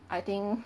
I think